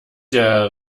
der